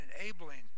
enabling